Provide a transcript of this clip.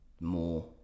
more